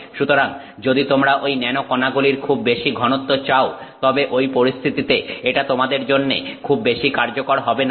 সুতরাং যদি তোমরা ঐ ন্যানো কনাগুলির খুব বেশি ঘনত্ব চাও তবে ঐ পরিস্থিতিতে এটা তোমাদের জন্যে খুব বেশি কার্যকর হবে না